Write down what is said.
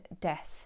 death